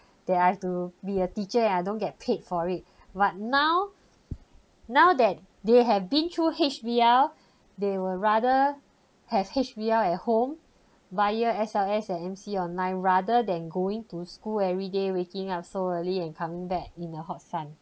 they have to be a teacher and don't get paid for it but now now that they have been through H_B_L they will rather has H_B_L at home via S_L_S and M_C online rather than going to school every day waking up so early and come back in the hot sun